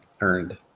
earned